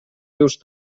rius